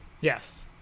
Yes